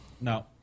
No